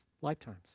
lifetimes